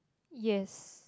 yes